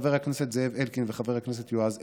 חבר הכנסת זאב אלקין וחבר הכנסת יועז הנדל,